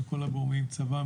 של כל הגורמים: צבא,